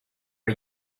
are